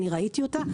ראיתי אותה,